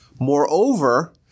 Moreover